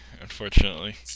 unfortunately